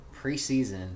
preseason